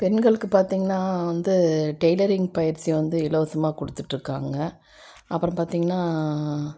பெண்களுக்கு பார்த்தீங்கன்னா வந்து டெய்லரிங் பயிற்சி வந்து இலவசமாக கொடுத்துட்ருக்காங்க அப்புறம் பார்த்தீங்கன்னா